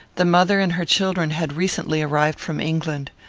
the mother and her children had recently arrived from england.